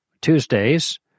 Tuesdays